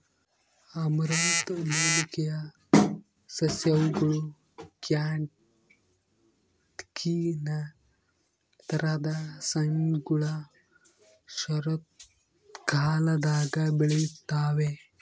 amaranth ಮೂಲಿಕೆಯ ಸಸ್ಯ ಹೂವುಗಳ ಕ್ಯಾಟ್ಕಿನ್ ತರಹದ ಸೈಮ್ಗಳು ಶರತ್ಕಾಲದಾಗ ಬೆಳೆಯುತ್ತವೆ